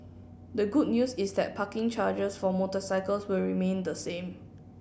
the good news is that parking charges for motorcycles will remain the same